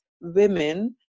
women